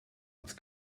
als